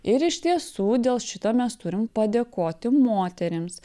ir iš tiesų dėl šito mes turim padėkoti moterims